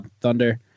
thunder